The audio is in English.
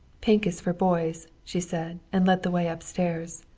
pink is for boys, she said, and led the way upstairs.